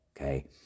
okay